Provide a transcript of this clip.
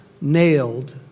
nailed